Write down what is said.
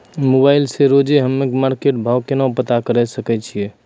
Mobile से रोजे हम्मे मार्केट भाव केना पता करे सकय छियै?